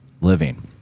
living